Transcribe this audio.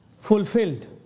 fulfilled